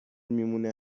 میمونه